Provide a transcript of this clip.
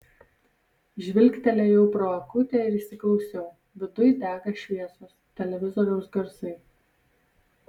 žvilgtelėjau pro akutę ir įsiklausiau viduj dega šviesos televizoriaus garsai